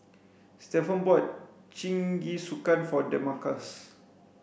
Stevan bought Jingisukan for Demarcus